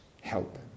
help